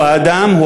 הוא האדם,